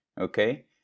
okay